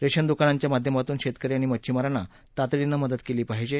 ration दुकानांच्या माध्यमातून शेतकरी आणि मध्छिमारांना तातडीनं मदत केली पाहिजे